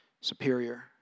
superior